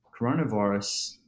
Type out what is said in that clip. coronavirus